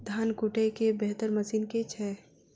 धान कुटय केँ बेहतर मशीन केँ छै?